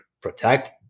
Protect